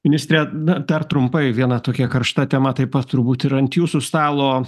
ministre na dar trumpai viena tokia karšta tema taip pat turbūt ir ant jūsų stalo